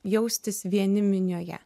jaustis vieni minioje